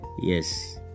Yes